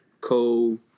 co